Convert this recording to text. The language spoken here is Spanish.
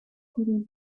corona